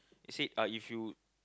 you said uh if you